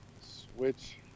Switch